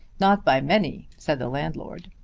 not by many, said the landlord.